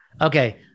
Okay